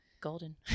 golden